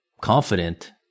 confident